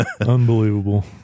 unbelievable